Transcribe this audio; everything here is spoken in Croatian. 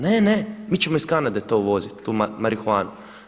Ne, ne, mi ćemo iz Kanade to uvoziti, tu marihuanu.